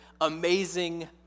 amazing